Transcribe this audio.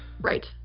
Right